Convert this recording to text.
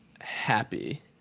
happy